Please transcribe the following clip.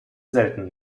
selten